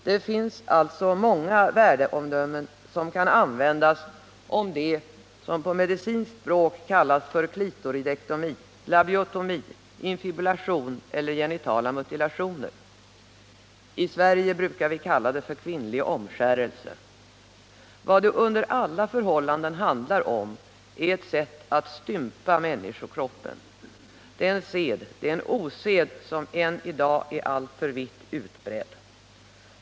Det finns alltså många värdeomdömen som kan användas om det som på medicinskt språk kallas clitoridektomi, labiatomi, infibulation eller genitala mutilationer. I Sverige brukar vi kalla det kvinnlig omskärelse. Vad det under alla förhållanden handlar om är ett sätt att stympa människokroppen. Det är en sed — eller rättare sagt en osed — som än i dag är alltför vitt utbredd.